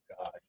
god